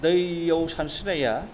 दैयाव सानस्रिनाया